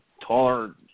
taller